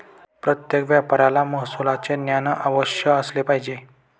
प्रत्येक व्यापाऱ्याला महसुलाचे ज्ञान अवश्य असले पाहिजे